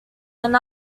than